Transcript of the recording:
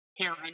Karen